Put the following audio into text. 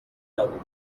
نبوده